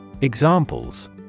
Examples